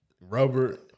rubber